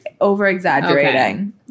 over-exaggerating